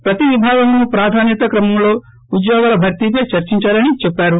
ప్రతి విభాగంలోనూ ప్రాధానత్యా క్రమంలో ఉద్యోగాల భర్తీపై చర్చిందాలని చెప్పారు